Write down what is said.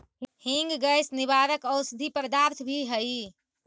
हींग गैस निवारक औषधि पदार्थ भी हई